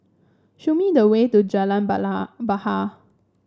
show me the way to Jalan Bahar